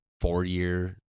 four-year